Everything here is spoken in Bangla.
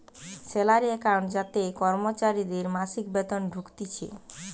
স্যালারি একাউন্ট যাতে কর্মচারীদের মাসিক বেতন ঢুকতিছে